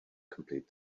complete